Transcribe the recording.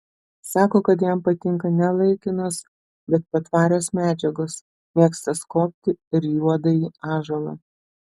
sako kad jam patinka ne laikinos bet patvarios medžiagos mėgsta skobti ir juodąjį ąžuolą